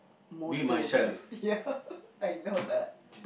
motto dude ya I know that